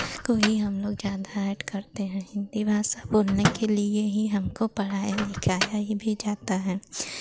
को ही हम लोग ज़्यादा हेट करते हैं हिन्दी भासषा बोलने के लिए ही हमको पढ़ाया लिखाया ही भी जाता है